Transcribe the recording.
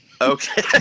Okay